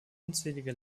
unzählige